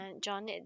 John